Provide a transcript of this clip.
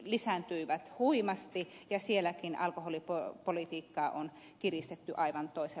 lisääntyivät huimasti ja sielläkin alkoholipolitiikkaa on kiristetty aivan toisella tavalla